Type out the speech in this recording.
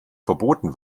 verboten